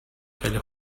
خیلی